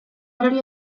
erori